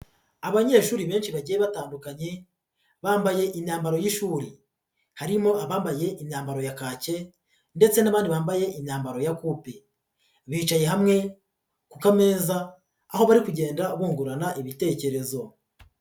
Abanyeshuri benshi bagiye batandukanye bambaye imyambaro y'ishuri, harimo abambaye imyambaro ya kake ndetse n'abandi bambaye imyambaro ya kupe, bicaye hamwe ku kameza aho bari kugenda bungurana ibitekerezo.